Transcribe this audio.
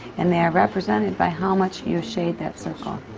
and they are represented by how much you shade that circle.